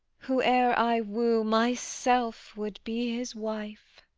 whoe'er i woo, myself would be his wife.